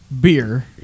beer